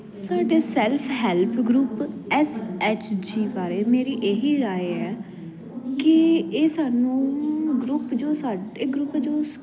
ਸਾਡੇ self help group S H G ਬਾਰੇ ਮੇਰੀ ਇਹੀ ਰਾਏ ਹੈ ਕੀ ਇਹ ਸਾਨੂੰ ਗਰੁੱਪ ਜੋ ਸਾਡੇ ਇਹ ਗਰੁੱਪ ਜੋ